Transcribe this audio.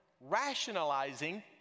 rationalizing